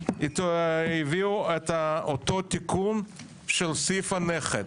הביאו אותו תיקון של סעיף נכד.